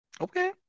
Okay